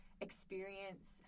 experience